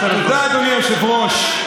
תודה, אדוני היושב-ראש.